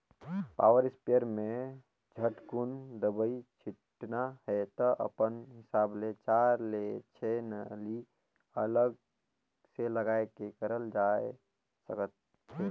power sprayer में झटकुन दवई छिटना हे त अपन हिसाब ले चार ले छै नली अलग से लगाये के करल जाए सकथे